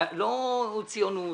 לא ציונות